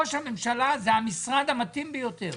ראש הממשלה זה המשרד המתאים ביותר